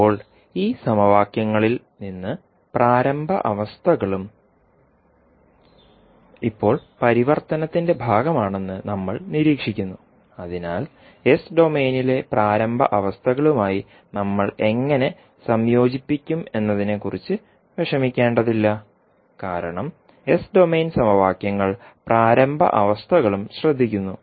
ഇപ്പോൾ ഈ സമവാക്യങ്ങളിൽ നിന്ന് പ്രാരംഭ അവസ്ഥകളും ഇപ്പോൾ പരിവർത്തനത്തിന്റെ ഭാഗമാണെന്ന് നമ്മൾ നിരീക്ഷിക്കുന്നു അതിനാൽ എസ് ഡൊമെയ്നിലെ പ്രാരംഭ അവസ്ഥകളുമായി നമ്മൾ എങ്ങനെ സംയോജിപ്പിക്കുമെന്നതിനെക്കുറിച്ച് വിഷമിക്കേണ്ടതില്ല കാരണം എസ് ഡൊമെയ്ൻ സമവാക്യങ്ങൾ പ്രാരംഭ അവസ്ഥകളും ശ്രദ്ധിക്കുന്നു